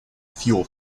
fuel